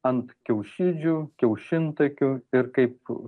ant kiaušidžių kiaušintakių ir kaip